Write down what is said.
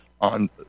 on